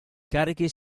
carichi